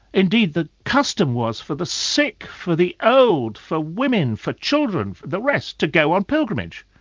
indeed the custom was for the sick, for the old, for women, for children, the rest, to go on pilgrimage.